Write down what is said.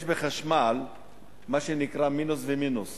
בחשמל יש מה שנקרא מינוס ומינוס.